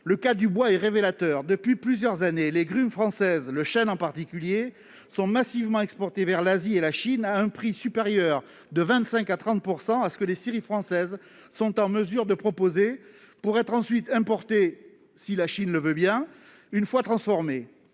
Le cas du bois est révélateur : depuis plusieurs années, les grumes françaises, le chêne en particulier, sont massivement exportées vers l'Asie et la Chine, à un prix supérieur de 25 % à 30 % à ce que les scieries françaises sont en mesure de proposer, pour être ensuite importées- si la Chine le veut bien ! -une fois transformées.